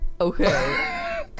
Okay